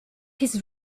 his